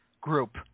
group